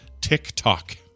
TikTok